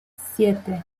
siete